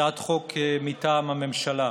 הצעת חוק מטעם הממשלה.